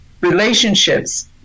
relationships